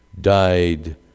died